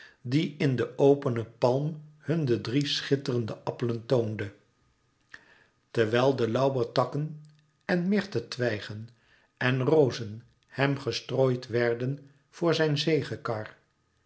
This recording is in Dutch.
die in de opene palm hun de drie schitterende appelen toonde terwijl de lauwertakken en myrtetwijgen en rozen hem gestrooid werden voor zijn zegekar